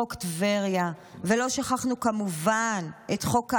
חוק טבריה, ולא שכחנו כמובן את חוק הארנונה,